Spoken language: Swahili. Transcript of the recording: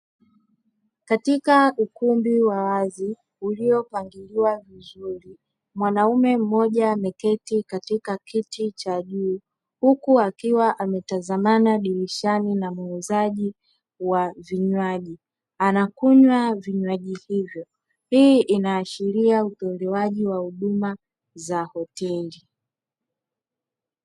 Katika ukumbi wa wazi uliopangiliwa vizuri mwanaume mmoja ameketi katika kiti cha juu, huku akiwa ametazamana dirishani na muuzaji wa vinywaji anakunywa vinywaji hivyo. Hii inaashiria utolewaji wa huduma za hoteli.